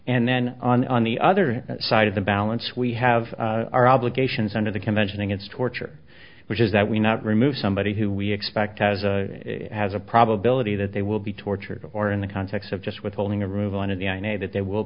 and then on the other side of the balance we have our obligations under the convention against torture which is that we not remove somebody who we expect as a as a probability that they will be tortured or in the context of just withholding a room on of the i know that they will